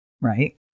right